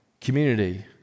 community